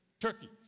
Turkey